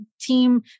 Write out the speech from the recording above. team